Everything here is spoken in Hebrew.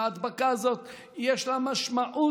ההדבקה הזאת, יש לה משמעות